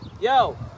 Yo